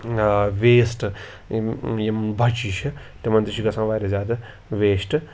waste یِم یِم بَچہِ چھِ تِمَن تہِ چھِ گژھان واریاہ زیادٕ ویسٹ